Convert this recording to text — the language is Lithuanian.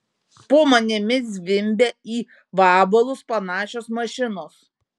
po manimi zvimbia į vabalus panašios mašinos